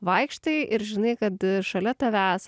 vaikštai ir žinai kad šalia tavęs